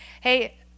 hey